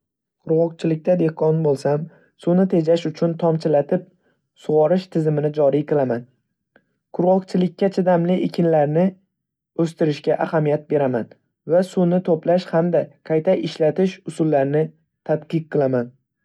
Qurg‘oqchilikda dehqon bo‘lsam, suvni tejash uchun tomchilatib sug‘orish tizimini joriy qilaman. Qurg‘oqchilikka chidamli ekinlarni o‘stirishga ahamiyat beraman va suvni to‘plash hamda qayta ishlatish usullarini tadqiq qilaman.